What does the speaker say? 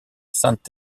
sainte